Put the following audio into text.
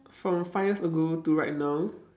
from five years ago to right now